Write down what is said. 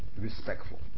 respectful